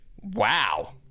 wow